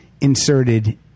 inserted